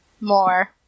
more